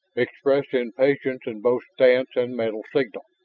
express impatience in both stance and mental signal,